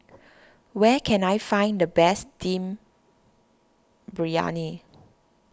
where can I find the best Dum Briyani